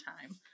time